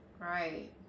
Right